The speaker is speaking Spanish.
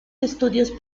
estudios